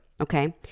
Okay